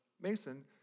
Mason